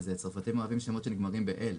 אז הצרפתים אוהבים שמות שנגמרים ב"אל".